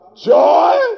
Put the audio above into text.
joy